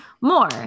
more